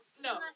no